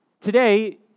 Today